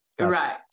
right